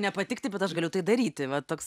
nepatikti bet aš galiu tai daryti va toks